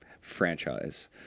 franchise